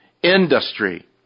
industry